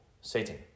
Satan